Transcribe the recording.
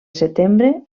setembre